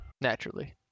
Naturally